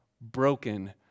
broken